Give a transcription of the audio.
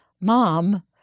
Mom